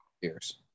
years